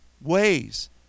ways